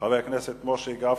חבר הכנסת משה גפני,